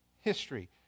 history